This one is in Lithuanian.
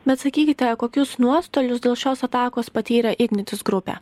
bet sakykite kokius nuostolius dėl šios atakos patyrė ignitis grupė